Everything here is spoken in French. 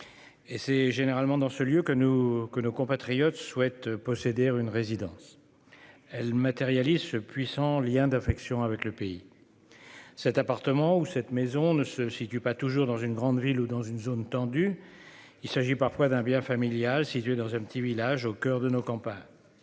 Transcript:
C'est généralement dans ce lieu que nos compatriotes souhaitent posséder une résidence. Elle matérialise ce puissant lien d'affection avec le pays. Cet appartement ou cette maison ne se situe pas toujours dans une grande ville ou dans une zone tendue. Il s'agit parfois d'un bien familial, situé dans un petit village au coeur de nos campagnes.